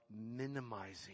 minimizing